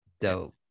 dope